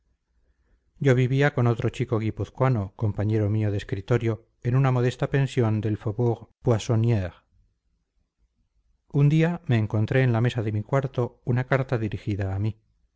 yo vivía con otro chico guipuzcoano compañero mío de escritorio en una modesta pensión del faubourg poissonire un día me encontré en la mesa de mi cuarto una carta dirigida a mí